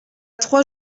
trois